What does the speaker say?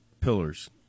pillars